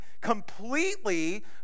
completely